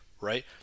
right